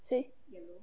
谁